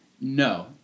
No